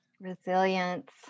Resilience